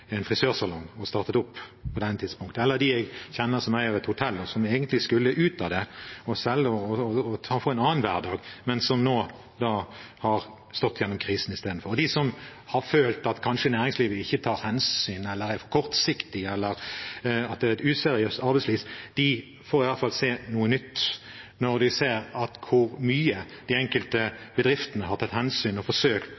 en frisørsalong, og startet opp på dette tidspunktet, eller dem jeg kjenner som eier et hotell, som egentlig skulle ut av det og selge og få en annen hverdag, men som nå har stått gjennom krisen istedenfor. Og de som har følt at næringslivet kanskje ikke tar hensyn eller er for kortsiktig, eller at det er et useriøst arbeidsliv, får i hvert fall se noe nytt når de ser hvor mye de